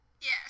Yes